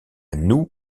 noue